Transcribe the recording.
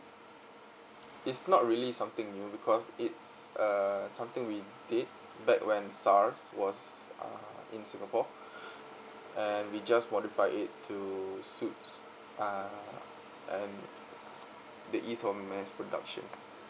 it's not really something new because it's err something we did back when S_A_R_S was uh in singapore and we just modify it to suit uh and the ease of mass production